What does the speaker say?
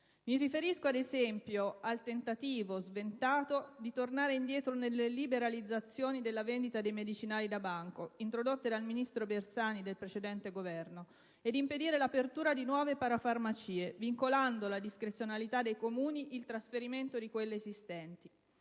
Mi riferisco, ad esempio, al tentativo sventato di tornare indietro nelle liberalizzazioni della vendita dei medicinali da banco, introdotte dal ministro Bersani del precedente Governo, ed impedire l'apertura di nuove parafarmacie, vincolando alla discrezionalità dei Comuni il trasferimento di quelle esistenti.